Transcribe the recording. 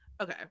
Okay